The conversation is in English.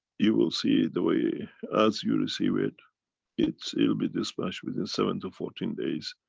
you will see the way, as you receive it it's. it'll be dispatched within seven to fourteen days.